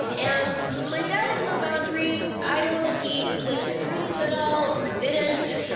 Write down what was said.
and my dad has no boundaries. i don't know if he flipped through these at all or didn't.